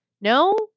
No